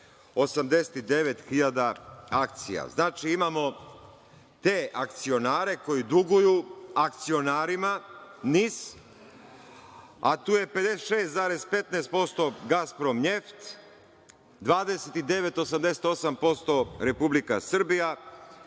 89.000 akcija. Znači, imamo te akcionare koji duguju akcionarima NIS, a tu je 56,15% „Gasprom njeft“, 29,88% Republika Srbija,